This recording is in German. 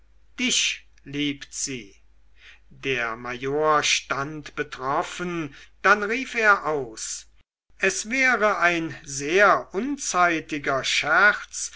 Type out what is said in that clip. dich liebt sie der major stand betroffen dann rief er aus es wäre ein sehr unzeitiger scherz